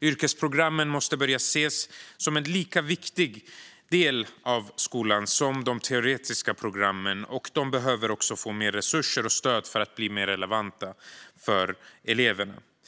Yrkesprogrammen måste börja ses som en lika viktig del av skolan som de teoretiska programmen. De behöver också få mer resurser och stöd för att bli mer relevanta för eleverna.